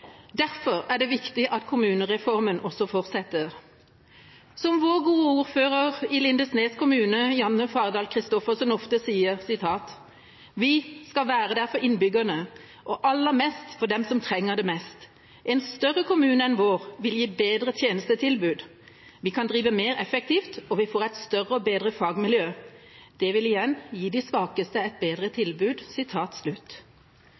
Derfor er det viktig at kommunereformen også fortsetter. Som vår gode ordfører i Lindesnes kommune, Janne Fardal Kristoffersen, ofte sier: Vi skal være der for innbyggerne, og aller mest for dem som trenger det mest. En større kommune enn vår vil gi bedre tjenestetilbud. Vi kan drive mer effektivt, og vi får et større og bedre fagmiljø. Det vil igjen gi de svakeste et bedre